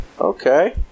Okay